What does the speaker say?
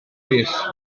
plîs